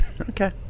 Okay